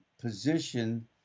position